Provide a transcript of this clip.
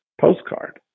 postcard